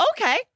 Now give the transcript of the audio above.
okay